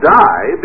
die